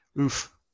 Oof